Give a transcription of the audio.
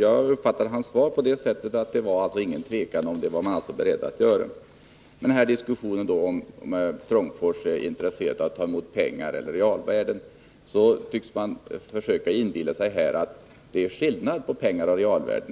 Jag uppfattade hans svar så att det inte var någon tvekan — det var man alltså beredd att göra. När det gäller diskussionen om huruvida Trångfors AB är intresserat av att ta emot pengar eller realvärden, så tycks man här försöka inbilla sig att det är skillnad på pengar och realvärde.